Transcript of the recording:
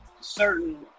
certain